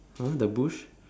!huh! the bush